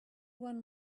one